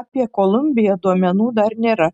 apie kolumbiją duomenų dar nėra